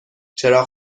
چراغ